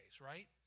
right